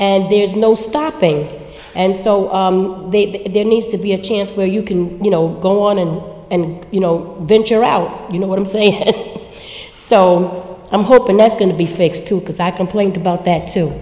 and there's no stopping and so there needs to be a chance where you can you know go on in and you know venture out you know what i'm saying so i'm hoping that's going to be fixed too because i complained about that too